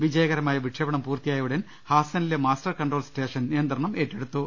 വിജയകര മായ വിക്ഷേപണം പൂർത്തിയായ ഉടൻ ഹാസനിലെ മാസ്റ്റർ കൺട്രോൾ സ്റ്റേഷൻ നിയന്ത്രണം ഏറ്റെടുത്തു